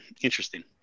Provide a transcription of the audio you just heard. Interesting